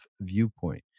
viewpoint